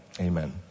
Amen